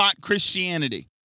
Christianity